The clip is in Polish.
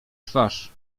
twarz